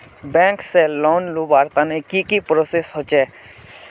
Bank से loan लुबार तने की की प्रोसेस होचे?